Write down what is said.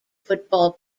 football